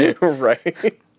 Right